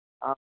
ആ